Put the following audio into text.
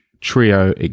trio